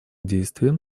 действиям